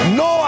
no